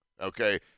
okay